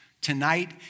Tonight